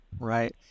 Right